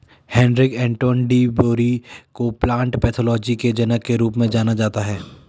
Heinrich Anton de Bary को plant pathology के जनक के रूप में जाना जाता है